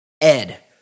Ed